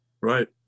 Right